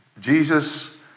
Jesus